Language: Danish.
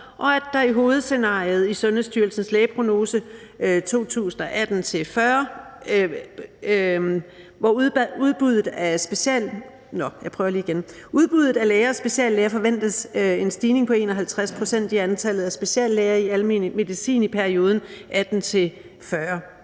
og at der i hovedscenariet i Sundhedsstyrelsens lægeprognose for 2018-2040 i forhold til udbuddet af læger og speciallæger forventes en stigning på 51 pct. i antallet af speciallæger i almen medicin i perioden 2018-2040.